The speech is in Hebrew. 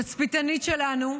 תצפיתנית שלנו,